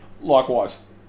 Likewise